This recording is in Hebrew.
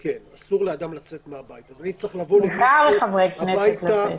ואני צריך ללכת למישהו,